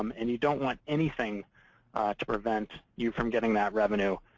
um and you don't want anything to prevent you from getting that revenue,